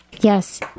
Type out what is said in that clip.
Yes